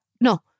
No